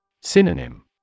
Synonym